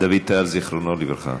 דוד טל, זיכרונו לברכה.